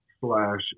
slash